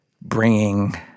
bringing